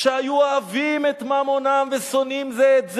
"היו אוהבים את ממונם ושונאים זה את זה",